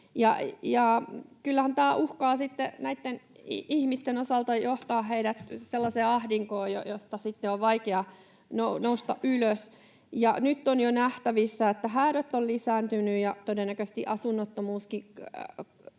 Kyllähän tämä uhkaa näitten ihmisten osalta johtaa heidät sellaiseen ahdinkoon, josta on vaikea nousta ylös. Nyt kun on jo nähtävissä, että häädöt ovat lisääntyneet, ja todennäköisesti asunnottomuuskin